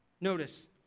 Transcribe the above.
Notice